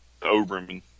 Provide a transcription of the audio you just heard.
Oberman